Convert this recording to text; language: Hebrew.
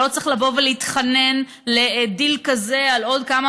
שלא היה צריכים לבוא ולהתחנן לדיל כזה על עוד כמה